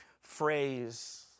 phrase